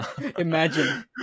Imagine